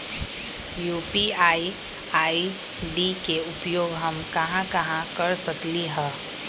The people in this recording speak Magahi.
यू.पी.आई आई.डी के उपयोग हम कहां कहां कर सकली ह?